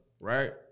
right